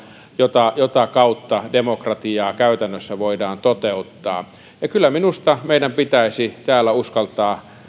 jota jota kautta demokratiaa käytännössä voidaan toteuttaa kyllä minusta meidän pitäisi täällä uskaltaa puolustaa ylpeänä